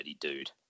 dude